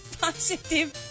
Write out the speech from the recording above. positive